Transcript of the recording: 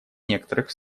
некоторых